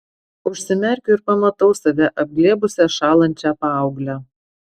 užsimerkiu ir pamatau save apglėbusią šąlančią paauglę